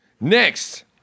Next